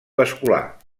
vascular